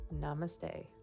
Namaste